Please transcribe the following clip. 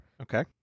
Okay